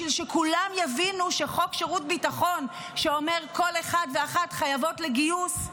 בשביל שכולם יבינו שחוק שירות ביטחון שאומר שכל אחד ואחת חייבים בגיוס,